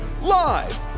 Live